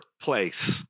place